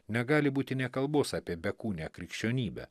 negali būti nė kalbos apie bekūnę krikščionybę